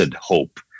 hope